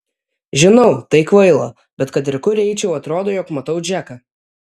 žinau tai kvaila bet kad ir kur eičiau atrodo jog matau džeką